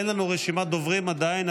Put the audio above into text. אין לנו רשימת דוברים עדיין,